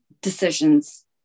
decisions